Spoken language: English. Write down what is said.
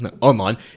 Online